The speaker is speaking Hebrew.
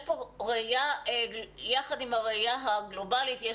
יחד עם הראייה הגלובלית,